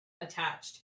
attached